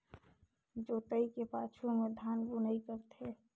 जोतई के पाछू में धान बुनई करथे